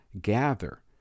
gather